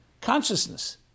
consciousness